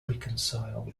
reconcile